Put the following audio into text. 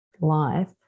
life